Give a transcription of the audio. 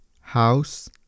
house